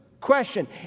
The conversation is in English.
question